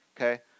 Okay